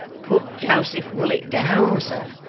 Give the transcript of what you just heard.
put joseph willet down, sir.